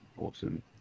Awesome